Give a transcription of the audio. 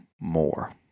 more